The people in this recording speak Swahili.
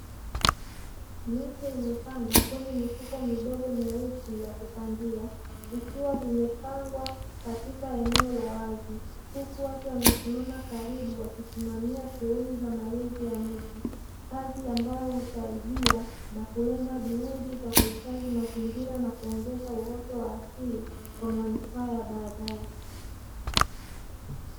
Miche imepandwa kwenye mifuko midogo meusi ya kupandia, vikiwa vimepangwa katika eneo la wazi huku watu wamesimama karibu wakisimamia shughuli za malezi ya miti. Kazi ambayo husaidia na kulenga juhudi za kuhifadhi mazingira na kuongeza uoto wa asili kwa manufaa ya baadae.